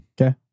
Okay